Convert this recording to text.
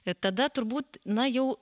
ir tada turbūt na jau